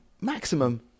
maximum